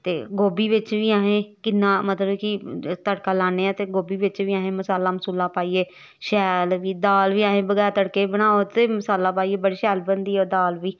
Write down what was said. ते गोभी बिच्च बी असें किन्ना मतलब कि तड़का लान्ने आं ते गोभी बिच्च बी असें मसाला मसूला पाइयै शैल फ्ही दाल बी असें बगैर तड़के बनाओ ते मसाला पाइयै बड़ी शैल बनदी ओह् दाल बी